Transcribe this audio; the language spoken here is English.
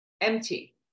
empty